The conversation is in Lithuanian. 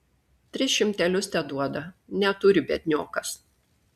tris šimtelius teduoda neturi biedniokas